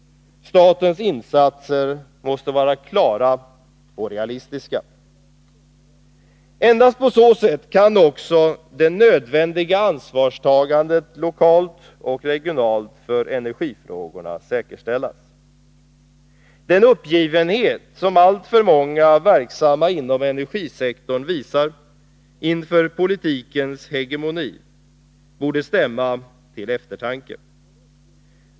Statens insatser måste vara klara och realistiska. Endast på så sätt kan också det nödvändiga ansvarstagandet lokalt och regionalt för energifrågorna säkerställas. Den uppgivenhet som alltför många verksamma inom energisektorn visar inför politikens hegemoni borde stämma till eftertanke.